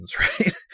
right